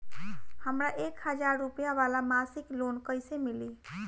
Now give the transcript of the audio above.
हमरा एक हज़ार रुपया वाला मासिक लोन कईसे मिली?